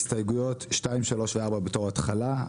להסתייגויות 2, 3, 4 בתור התחלה.